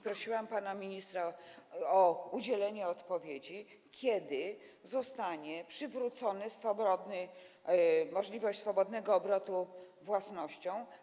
Prosiłam pana ministra o udzielenie odpowiedzi, kiedy zostanie przywrócona możliwość swobodnego obrotu własnością.